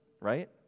right